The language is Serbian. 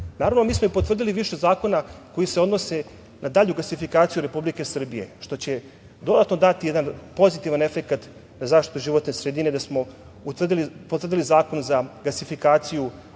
mi smo potvrdili više zakona koji se odnose na dalju gasifikaciju Republike Srbije što će dodatno dati jedan pozitivan efekat za zaštitu životne sredine, da smo potvrdili Zakon za gasifikaciju